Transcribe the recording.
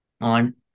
on